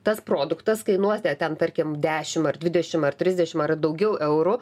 tas produktas kainuos ten tarkim dešim ar dvidešim ar trisdešim ar daugiau eurų